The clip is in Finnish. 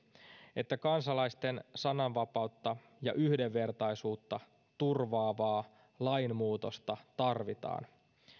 että kansalaisten sananvapautta ja yhdenvertaisuutta turvaavaa lainmuutosta tarvitaan